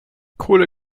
coole